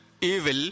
evil